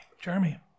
Jeremy